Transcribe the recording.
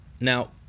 now